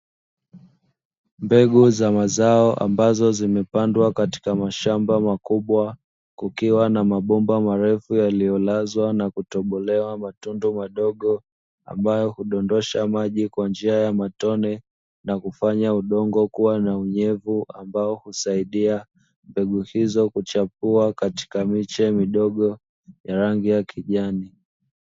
Mbegu za mazao ambazo zimepandwa katika mashamba makubwa kukiwa na mabomba marefu yaliyolazwa na kutobolewa matundu madogo, ambayo hudondosha maji kwa njia ya matone na kufanya udongo kuwa na unyevu ambao husaidia mbegu hizo kuchipua katika miche midogo ya rangi ya kijani.